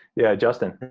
yeah, justin.